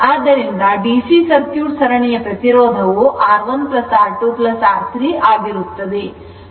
ಆದ್ದರಿಂದ DC circuit ಸರಣಿಯ ಪ್ರತಿರೋಧವು R1 R2 R3 ಆಗಿರುತ್ತದೆ ಮತ್ತು X ಇದು ಆಗಿರುತ್ತದೆ